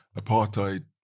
apartheid